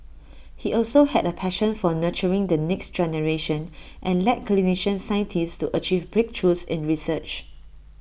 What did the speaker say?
he also had A passion for nurturing the next generation and led clinician scientists to achieve breakthroughs in research